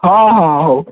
ହଁ ହଁ ହଉ